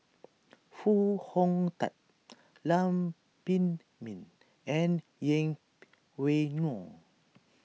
Foo Hong Tatt Lam Pin Min and Yeng Pway Ngon